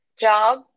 job